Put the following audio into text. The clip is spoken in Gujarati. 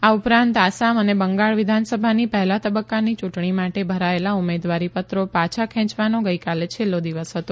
આ ઉપરાંત આસામ અને બંગાળ વિધાનસભાની પહેલા તબક્કાની ચૂંટણી માટે ભરાયેલા ઉમેદવારી પત્રો પાછાં ખેંચવાનો ગઇકાલે છેલ્લો દિવસ હતો